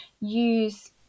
use